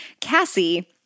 Cassie